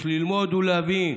יש ללמוד ולהבין,